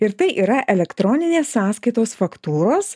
ir tai yra elektroninės sąskaitos faktūros